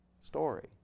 story